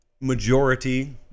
majority